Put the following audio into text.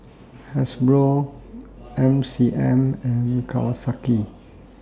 Hasbro M C M and Kawasaki